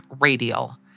radial